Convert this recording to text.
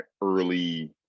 early